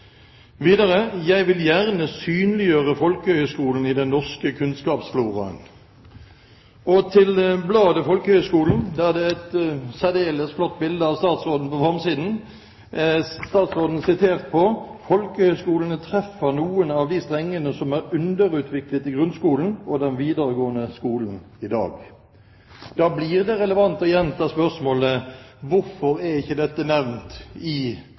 Videre sa hun: «Jeg vil gjerne synliggjøre folkehøgskolen i den norske kunnskapsfloraen.» Til bladet Folkehøgskolen, der det er et særdeles flott bilde av statsråden på framsiden, er statsråden sitert på: «Folkehøgskolen treffer noen av de strengene som er underutviklet i grunnskolen og den videregående skolen i dag.» Da blir det relevant å gjenta spørsmålet: Hvorfor er ikke dette nevnt i